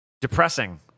depressing